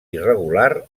irregular